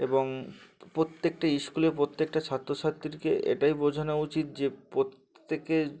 এবং প্রত্যেকটা স্কুলে প্রত্যেকটা ছাত্র ছাত্রীকে এটাই বোঝানো উচিত যে প্রত্যেকে